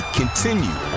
continue